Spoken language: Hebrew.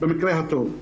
במקרה הטוב.